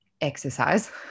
exercise